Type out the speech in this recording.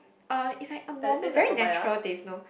uh it's like a normal very natural taste you know